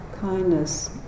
kindness